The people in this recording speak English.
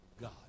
God